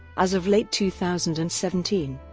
as of late two thousand and seventeen,